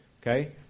okay